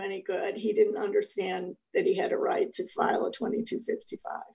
any good he didn't understand that he had a right to file a twenty to fifty